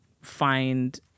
find